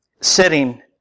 sitting